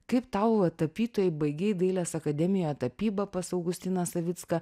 kaip tau va tapytojai baigei dailės akademiją tapybą pas augustiną savicką